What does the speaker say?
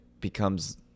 becomes